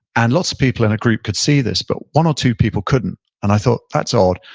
and lots of people in a group could see this, but one or two people couldn't and i thought, that's odd.